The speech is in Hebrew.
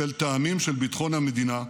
בשל טעמים של ביטחון המדינה,